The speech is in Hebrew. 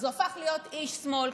אז הוא הפך להיות איש שמאל.